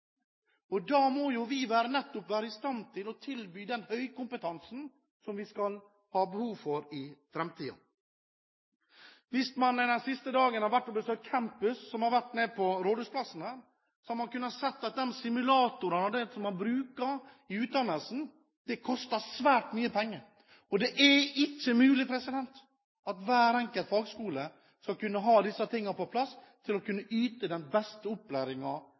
Da må vi være i stand til å tilby den høykompetansen det er behov for i framtiden. Hvis man en av de siste dagene har vært og besøkt Campus, som har vært her nede på rådhusplassen, har man kunnet se at de simulatorene og det som man bruker i utdannelsen, koster svært mye penger. Det er ikke mulig at hver enkelt fagskole har disse tingene på plass for å kunne yte den beste